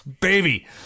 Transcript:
baby